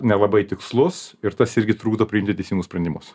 nelabai tikslus ir tas irgi trukdo priimti teisingus sprendimus